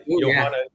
Johanna